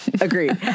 Agreed